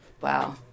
Wow